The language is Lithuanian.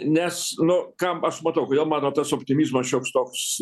nes nu kam aš matau kodėl mano tas optimizmo šioks toks